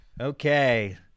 Okay